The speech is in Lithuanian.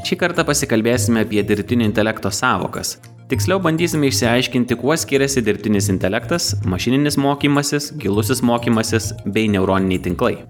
šį kartą pasikalbėsime apie dirbtinio intelekto sąvokas tiksliau bandysime išsiaiškinti kuo skiriasi dirbtinis intelektas mašininis mokymasis gilusis mokymasis bei neuroniniai tinklai